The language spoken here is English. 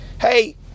Hey